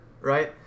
right